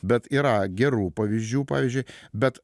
bet yra gerų pavyzdžių pavyzdžiui bet